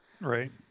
Right